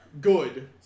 Good